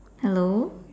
hello